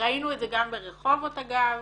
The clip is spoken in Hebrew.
וראינו את זה גם ברחובות, אגב,